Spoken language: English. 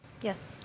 Yes